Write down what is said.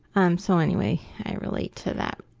um, so anyway, i relate to that.